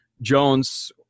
Jones